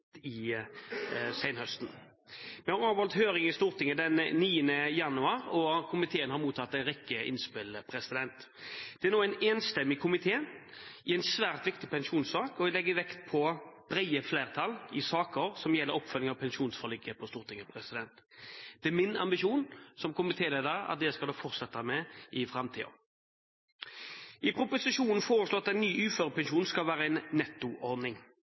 på senhøsten. Vi avholdt høring i Stortinget den 9. januar, og komiteen har mottatt en rekke innspill. Det er nå en enstemmig komité i en svært viktig pensjonssak, og jeg legger vekt på brede flertall i saker som gjelder oppfølging av pensjonsforliket på Stortinget. Det er min ambisjon som komitéleder at det skal fortsette i framtiden. I proposisjonen foreslås det at ny uførepensjon skal være en nettoordning.